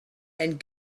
and